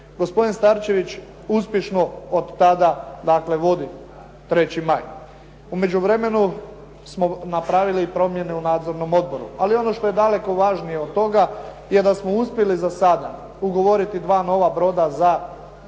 Gospodin Starčević uspješno od tada dakle vodi "3. maj". U međuvremenu smo napravili promjene u nadzornom odboru. Ali ono što je daleko važnije od toga, je da smo uspjeli za sada ugovoriti dva nova broda za "Uljanik